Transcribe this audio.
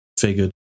figured